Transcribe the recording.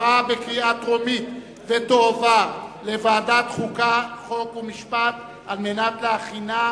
לדיון מוקדם בוועדת החוקה, חוק ומשפט נתקבלה.